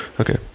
Okay